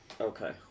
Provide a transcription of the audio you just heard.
Okay